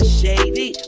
shady